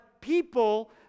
people